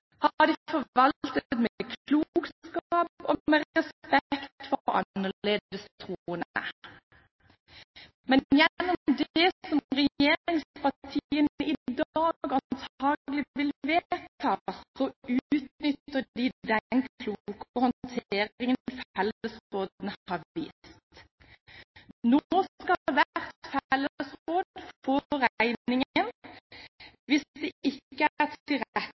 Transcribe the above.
har de forvaltet med klokskap og med respekt for annerledestroende. Men gjennom det som regjeringspartiene i dag antagelig vil vedta, utnytter de den kloke håndteringen fellesrådene har vist. Nå skal hvert fellesråd få regningen hvis det ikke er